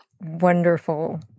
wonderful